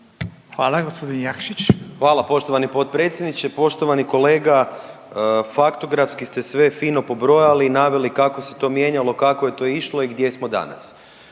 **Jakšić, Mišel (SDP)** Hvala poštovani potpredsjedniče. Poštovani kolega faktografski ste sve fino pobrojali i naveli kako se to mijenjalo, kako je to išlo i gdje smo danas.